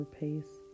pace